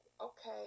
okay